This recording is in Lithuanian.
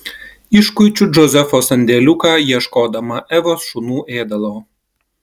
iškuičiu džozefo sandėliuką ieškodama evos šunų ėdalo